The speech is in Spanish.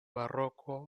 barroco